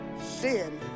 sin